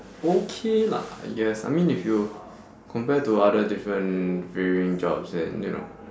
okay lah I guess I mean if you compare to other different varying jobs then you know